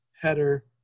header